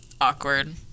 awkward